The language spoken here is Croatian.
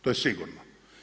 To je sigurno.